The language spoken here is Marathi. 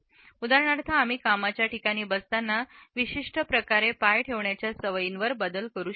उदाहरणार्थ आम्ही कामाच्या ठिकाणी बसतांना विशिष्ट प्रकारे पाय ठेवण्याच्या सवयीवर बदल करू शकतो